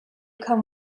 come